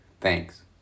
Thanks